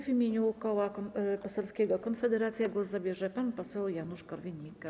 W imieniu Koła Poselskiego Konfederacja głos zabierze pan poseł Janusz Korwin-Mikke.